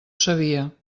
sabia